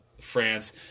France